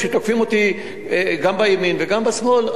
כשתוקפים אותי גם בימין וגם בשמאל,